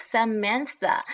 Samantha